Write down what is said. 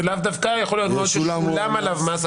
זה יכול להיות הון ששולם עליו מס,